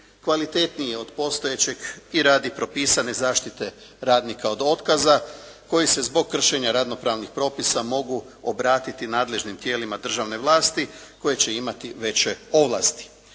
kvalitetniji je od postojećeg i radi propisane zaštite radnika od otkaza koji se zbog kršenja radno pravnih propisa mogu obratiti nadležnim tijelima državne vlasti koje će imati veće ovlasti.